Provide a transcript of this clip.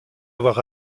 avoir